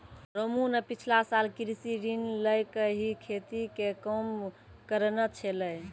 रामू न पिछला साल कृषि ऋण लैकॅ ही खेती के काम करनॅ छेलै